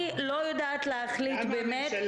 אנחנו יודעים שיש צורך להתמקד בקבוצת